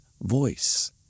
voice